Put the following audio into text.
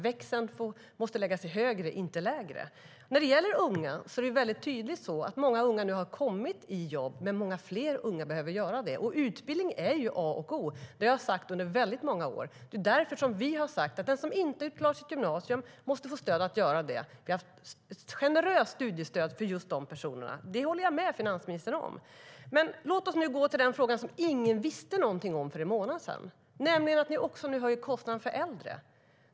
Det måste läggas i en högre växel, inte lägre. Men låt oss nu gå till den fråga som ingen visste någonting om för en månad sedan, nämligen att ni nu också höjer kostnaden för äldre.